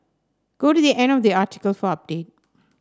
go to the end of the article for update